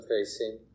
facing